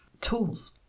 tools